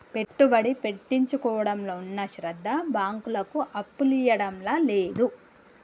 పెట్టుబడి పెట్టించుకోవడంలో ఉన్న శ్రద్ద బాంకులకు అప్పులియ్యడంల లేదు